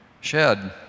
shed